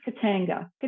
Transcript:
Katanga